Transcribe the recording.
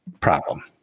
problem